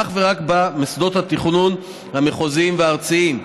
אך ורק במוסדות התכנון המחוזיים והארציים,